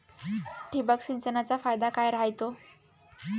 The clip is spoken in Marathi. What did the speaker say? ठिबक सिंचनचा फायदा काय राह्यतो?